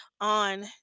on